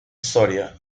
soria